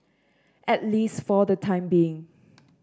at least for the time being